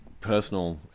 personal